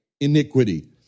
iniquity